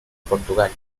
portugal